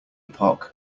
epoch